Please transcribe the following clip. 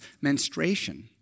menstruation